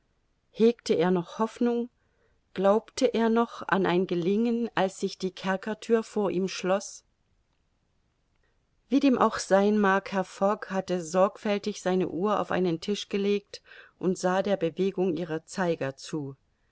hegte er noch hoffnung glaubte er noch an ein gelingen als sich die kerkerthür vor ihm schloß wie dem auch sein mag herr fogg hatte sorgfältig seine uhr auf einen tisch gelegt und sah der bewegung ihrer zeiger zu